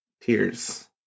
Tears